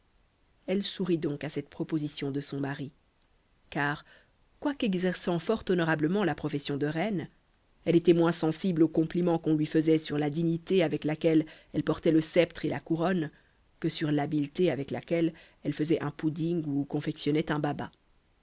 elle sourit donc à cette proposition de son mari car quoique exerçant fort honorablement la profession de reine elle était moins sensible aux compliments qu'on lui faisait sur la dignité avec laquelle elle portait le sceptre et la couronne que sur l'habileté avec laquelle elle faisait un pouding ou confectionnait un baba